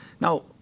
Now